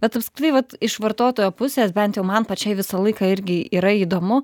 bet apskritai vat iš vartotojo pusės bent jau man pačiai visą laiką irgi yra įdomu